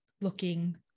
looking